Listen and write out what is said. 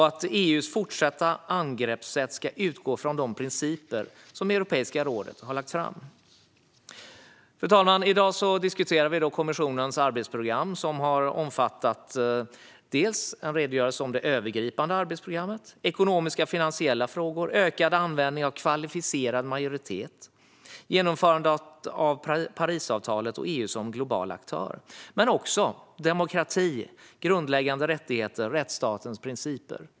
EU:s fortsatta angreppssätt ska utgå från de principer som Europeiska rådet har lagt fram. I dag diskuterar vi kommissionens arbetsprogram, som har omfattat en redogörelse för det övergripande arbetsprogrammet, ekonomiska och finansiella frågor, ökad användning av kvalificerad majoritet, genomförandet av Parisavtalet och EU som global aktör, men också demokrati, grundläggande rättigheter och rättsstatens principer.